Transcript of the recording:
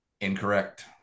Incorrect